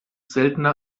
seltene